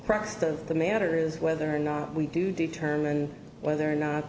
crux of the matter is whether or not we do determine whether or not